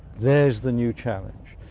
there's the new challenge.